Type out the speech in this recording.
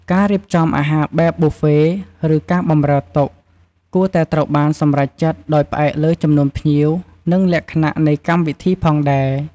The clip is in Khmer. ការរៀបចំអាហារបែបប៊ូហ្វេ ឬការបម្រើតុ គួរតែត្រូវបានសម្រេចចិត្តដោយផ្អែកលើចំនួនភ្ញៀវ និងលក្ខណៈនៃកម្មវិធីផងដែរ។